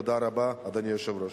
תודה רבה, אדוני היושב-ראש.